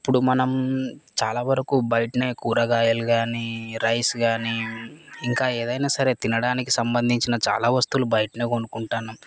ఇప్పుడు మనం చాలా వరకు బయటనే కూరగాయలు కాని రైస్ కాని ఇంకా ఏదయినా సరే తినడానికి సంబందించిన చాలా వస్తువులు బయటనే కొనుకుంటన్నాం